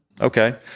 Okay